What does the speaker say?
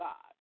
God